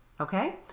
okay